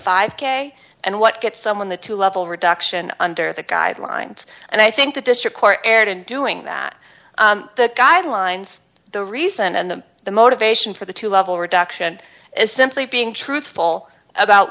five k and what gets someone the two level reduction under the guidelines and i think that this require erred in doing that the guidelines the reason and the the motivation for the two level reduction is simply being truthful about